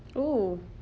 oh